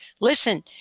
Listen